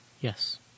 Yes